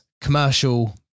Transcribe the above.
commercial